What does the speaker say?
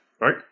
right